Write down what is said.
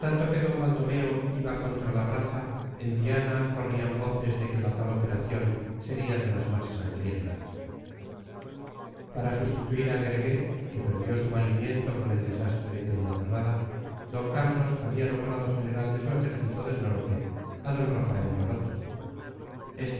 d baldomero iba contra labraza en viana corrían voces de que la tal operación sería de las más sangrientas para sustituir a guergué que perdió su valimiento con el desastre de peñacerrada don carlos había nombrado general de su ejército del norte a d rafael maroto este